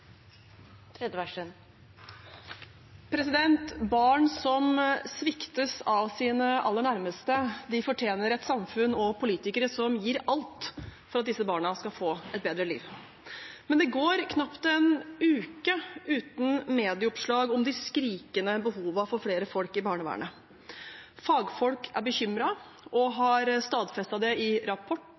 blir replikkordskifte. Barn som sviktes av sine aller nærmeste, fortjener et samfunn og politikere som gir alt for at disse barna skal få et bedre liv. Men det går knapt en uke uten medieoppslag om de skrikende behovene for flere folk i barnevernet. Fagfolk er bekymret og har stadfestet det i